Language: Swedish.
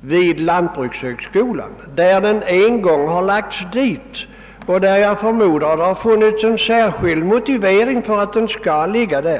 vid lantbrukshögskolan. Eftersom den en gång har förlagts till lantbrukshögskolan, förmodar jag att det finns en särskild motivering för att den skall bedrivas där.